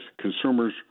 consumers